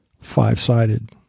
five-sided